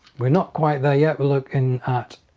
we're not quite there yet we looking at